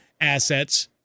assets